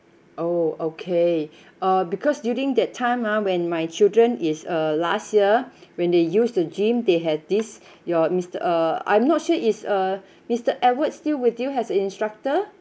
oh okay uh because during that time ah when my children is uh last year when they use the gym they had this your miste~ uh I'm not sure it's a mister edward still with you as a instructor